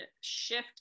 shift